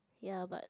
ya but